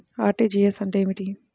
RTGS అంటే ఏమిటి?